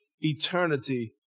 eternity